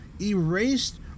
erased